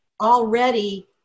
already